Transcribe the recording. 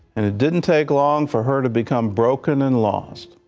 and it didn't take long for her to become broken and lost.